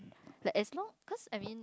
like as long of course I mean